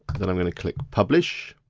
and i'm gonna click publish.